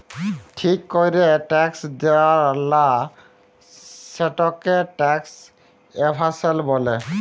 ঠিক ক্যরে ট্যাক্স দেয়লা, সেটকে ট্যাক্স এভাসল ব্যলে